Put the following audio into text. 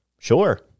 sure